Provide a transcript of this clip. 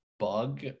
bug